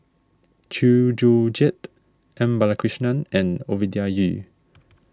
Chew Joo Chiat M Balakrishnan and Ovidia Yu